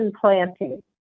planting